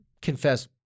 confess